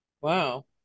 Wow